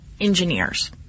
engineers